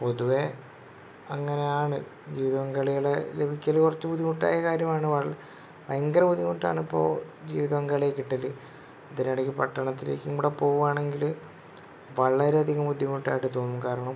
പൊതുവേ അങ്ങനെയാണ് ജീവിതപങ്കാളികളെ ലഭിക്കൽ കുറച്ചു ബുദ്ധിമുട്ടായ കാര്യമാണ് ഭയങ്കര ബുദ്ധിമുട്ടാണ് ഇപ്പോൾ ജീവിതപങ്കാളിയെ കിട്ടൽ അതിന് ഇടയ്ക്ക് പട്ടണത്തിലേക്കും കൂടെ പോവുകയാണെങ്കിൽ വളരെ അധികം ബുദ്ധിമുട്ടായിട്ട് തോന്നും കാരണം